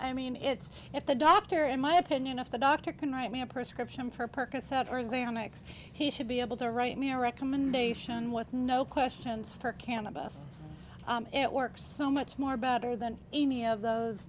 i mean it's if the doctor in my opinion if the doctor can write me a prescription for percocet or xanax he should be able to write me a recommendation with no questions for cannabis it works so much more better than any of those